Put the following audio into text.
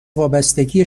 وابستگیه